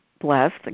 blessed